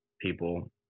people